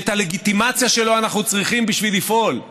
שאת הלגיטימציה שלו אנחנו צריכים בשביל לפעול,